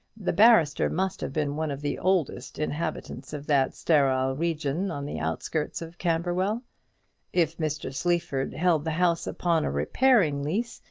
the barrister must have been one of the oldest inhabitants of that sterile region on the outskirts of camberwell if mr. sleaford held the house upon a repairing lease,